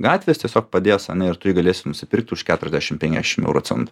gatvės tiesiog padės ane ir tu jį galėsi nusipirkti už keturiasdešim penkiasdešim euro centų